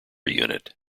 unit